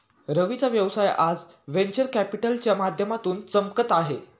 रवीचा व्यवसाय आज व्हेंचर कॅपिटलच्या माध्यमातून चमकत आहे